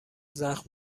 زخم